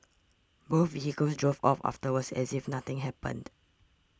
both vehicles drove off afterwards as if nothing happened